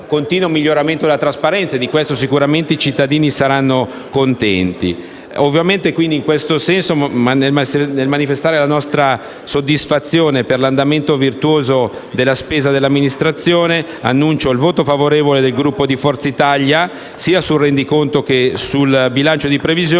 continuo miglioramento della trasparenza e di questo sicuramente i cittadini saranno contenti. In questo senso, nel manifestare la nostra soddisfazione per l'andamento virtuoso della spesa dell'Amministrazione, dichiaro il voto favorevole del Gruppo FI- PdL XVII, sia sul rendiconto che sul bilancio di previsione,